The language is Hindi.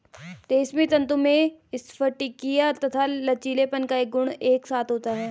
रेशमी तंतु में स्फटिकीय तथा लचीलेपन का गुण एक साथ होता है